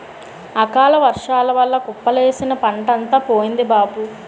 అకాలవర్సాల వల్ల కుప్పలేసిన పంటంతా పోయింది బాబూ